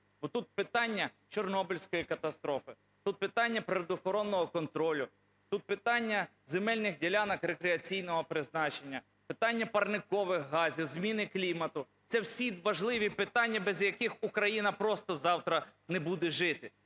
Тут питання Чорнобильської катастрофи, тут питання природоохоронного контролю, тут питання земельних ділянок рекреаційного призначення, питання парникових газів, зміни клімату. Це всі важливі питання, без яких Україна просто завтра не буде жити,